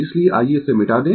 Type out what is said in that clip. इसलिए आइये इसे मिटा दें